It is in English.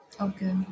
okay